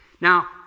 Now